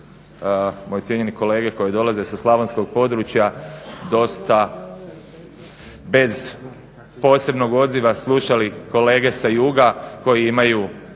moji cijenjeni kolege koji dolaze sa slavonskog područja dosta bez posebnog odziva slušali kolege sa juga koji imaju